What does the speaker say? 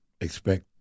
expect